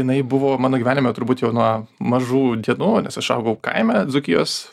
jinai buvo mano gyvenime turbūt jau nuo mažų dienų nes aš augau kaime dzūkijos